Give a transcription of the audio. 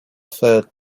third